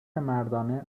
مردانه